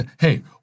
hey